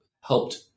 helped